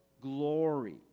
Glory